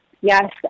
Yes